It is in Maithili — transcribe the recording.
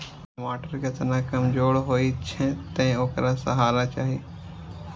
टमाटर के तना कमजोर होइ छै, तें ओकरा सहारा चाही